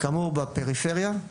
כאמור בפריפריה,